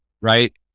right